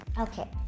okay